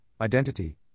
identity